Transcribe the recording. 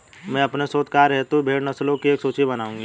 मैं अपने शोध कार्य हेतु भेड़ नस्लों की एक सूची बनाऊंगी